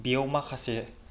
बेयाव माखासे